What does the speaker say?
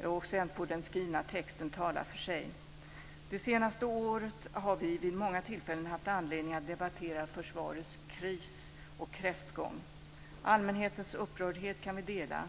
I övrigt får den skrivna texten tala för sig. Det senaste året har vi vid många tillfällen haft anledning att debattera försvarets kris och kräftgång. Allmänhetens upprördhet kan vi dela.